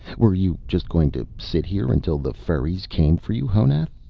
were you just going to sit here until the furies came for you, honath?